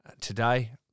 today